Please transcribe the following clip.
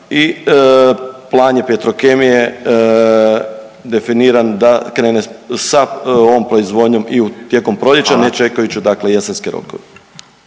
i plan je Petrokemije definiran da krene sa ovom proizvodnjom i tijekom proljeća…/Upadica Radin: Hvala/…ne čekajući dakle jesenske rokove.